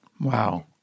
Wow